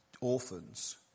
orphans